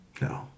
No